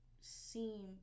seem